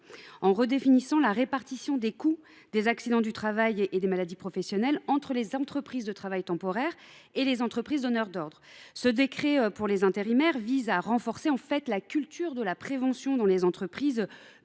en redéfinissant la répartition des coûts des accidents du travail et des maladies professionnelles entre les entreprises de travail temporaire et les entreprises donneuses d’ordre. Nous considérons qu’il faut s’inspirer de ce décret pour renforcer la culture de la prévention dans les entreprises